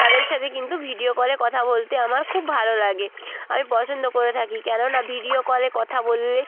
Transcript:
তাদের সাথে কিন্তু ভিডিও কলে কথা বলতে আমার খুব ভালো লাগে আমি পছন্দ করে থাকি কেননা ভিডিও কলে কথা বললেই